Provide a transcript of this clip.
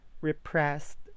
repressed